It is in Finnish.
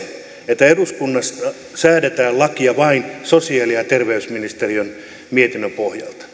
että eduskunnassa säädetään lakia vain sosiaali ja terveysministeriön mietinnön pohjalta